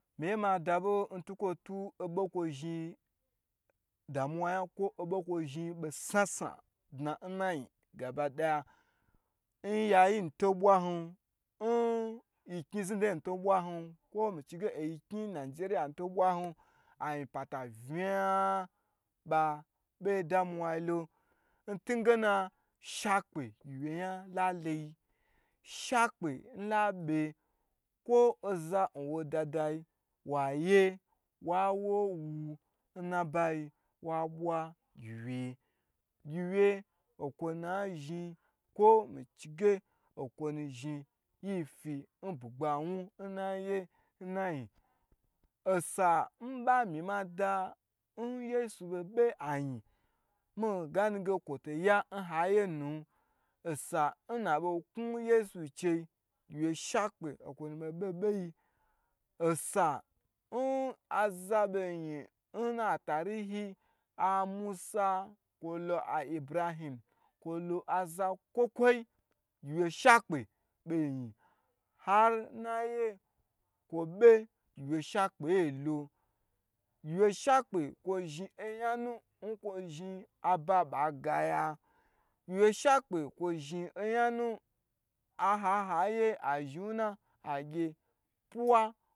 Mo ma da bo ntukwo tu ob kwo zhin damwu yan kwo obo kwo zhin sna sna dna nayin gabadaya in yayai nu to bwan nkni znidna ye nu to bwan kwo mici ge oyi kni nigeria to bwan ayin pata vna yan ba beye damuwa lo ntun ngena shakpe gyiwye yan la loyi, sha kpe gyiwye nya la bu ko za nwo dadayi waye wawowu nnabai wa bwa gyiwyu, gyiwye nkwonunazhi kwo mici gu nkwo na zhin yi fi nbugba wun nnaya nnayin osa nmi ba mi mada n yesu bei ba ayn mi gani ge kwo taye n hayi ye nan osanu na bei knu yesu chei gyiwye shakpe okwo nu be bye n beyiyi osa maza bei nyi natariyi a musa kwo lo a ibrahim kwolo azakwo kwoyi gyiwye shakpe bei yin ar nnaye kwo be gyiwye shakpe lo, gyiwye shakpe kwo zhin oyanunkwo zhin aba ba gaya gyiwye shakpe kwo zhin oyanu nha ha yi ye agye fuwa